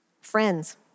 friends